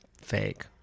fake